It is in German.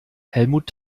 helmut